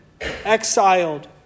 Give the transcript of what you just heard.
exiled